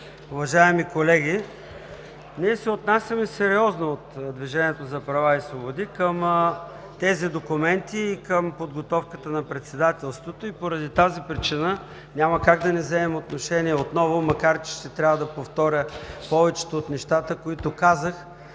Уважаеми колеги, ние от ДПС се отнасяме сериозно към тези документи и към подготовката на Председателството. Поради тази причина няма как да не вземем отношение отново, макар че ще трябва да повторя повечето от нещата, които казах